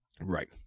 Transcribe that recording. Right